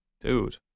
Dude